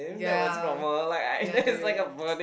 ya ya dude